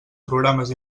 programes